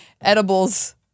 edibles